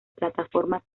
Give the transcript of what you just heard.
plataforma